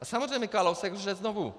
A samozřejmě Kalousek lže znovu.